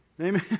Amen